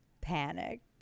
panicked